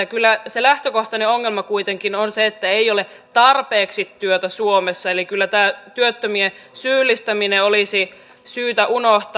ja kyllä se lähtökohtainen ongelma kuitenkin on se että ei ole tarpeeksi työtä suomessa eli kyllä tämä työttömien syyllistäminen olisi syytä unohtaa